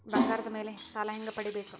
ಬಂಗಾರದ ಮೇಲೆ ಸಾಲ ಹೆಂಗ ಪಡಿಬೇಕು?